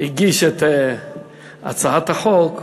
הגיש את הצעת החוק,